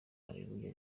areruya